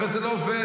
הרי זה לא עובד.